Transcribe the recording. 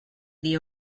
the